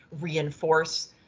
reinforce